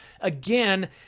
Again